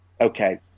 Okay